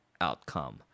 outcome